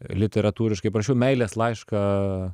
literatūriškai parašiau meilės laišką